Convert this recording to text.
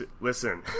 listen